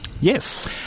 Yes